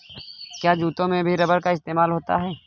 क्या जूतों में भी रबर का इस्तेमाल होता है?